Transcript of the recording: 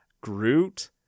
Groot